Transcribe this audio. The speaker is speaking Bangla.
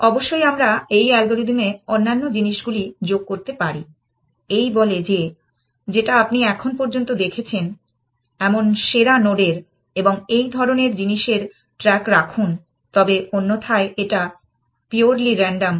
অবশ্যই আমরা এই অ্যালগরিদমে অন্যান্য জিনিসগুলি যোগ করতে পারি এই বলে যে যেটা আপনি এখন পর্যন্ত দেখেছেন এমন সেরা নোডের এবং এই ধরণের জিনিসের ট্র্যাক রাখুন তবে অন্যথায় এটা পিওরলি রান্ডম